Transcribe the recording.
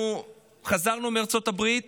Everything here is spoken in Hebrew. חזרנו מארצות הברית